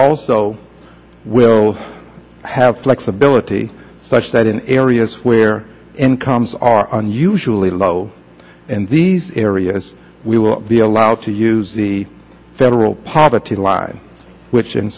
also will have flexibility such that in areas where incomes are unusually low and these areas we will be allowed to use the federal poverty line which in